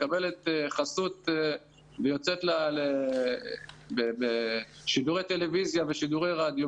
מקבלת חסות ויוצאת לשידורי טלוויזיה ושידורי רדיו,